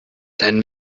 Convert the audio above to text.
dein